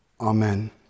Amen